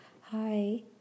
Hi